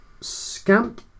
scamp